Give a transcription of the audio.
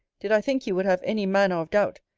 did i think you would have any manner of doubt,